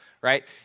right